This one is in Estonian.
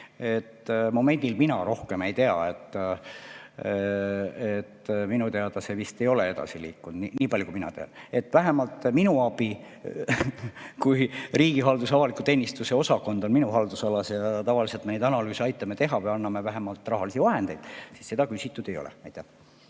Momendil mina rohkem ei tea. Minu teada see vist ei ole edasi liikunud, nii palju kui mina tean. Vähemalt minu abi – riigihalduse ja avaliku teenistuse osakond on minu haldusalas ja tavaliselt me neid analüüse aitame teha või anname vähemalt rahalisi vahendeid – küsitud ei ole.